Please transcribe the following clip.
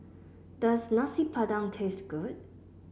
does Nasi Padang taste good